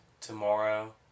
tomorrow